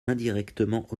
indirectement